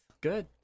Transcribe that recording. Good